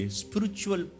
spiritual